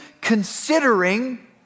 considering